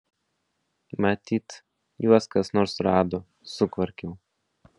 matyt juos kas nors rado sukvarkiau